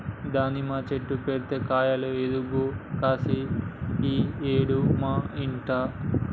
దానిమ్మ చెట్టు పెడితే కాయలు ఇరుగ కాశింది ఈ ఏడు మా ఇంట్ల